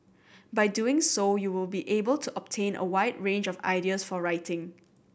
by doing so you will be able to obtain a wide range of ideas for writing